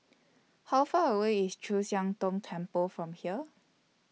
How Far away IS Chu Siang Tong Temple from here